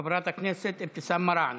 חברת הכנסת אבתיסאם מראענה.